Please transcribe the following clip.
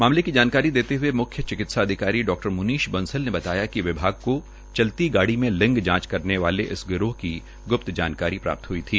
मामले की जानकारी देते हए मुख्य चिकित्सा अधिकारी डॉ मूनीष बंसल ने बताया कि विभाग को चलती गाड़ी में लिंग जांच करने वाले इस गिरोह की ग्प्त जानकारी प्राप्त हुई थी